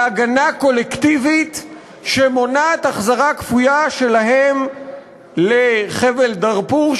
להגנה קולקטיבית שמונעת החזרה כפויה שלהם לחבל דארפור,